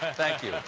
thank you.